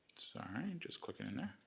sorry, just clicking in there.